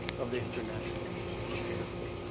of the international system.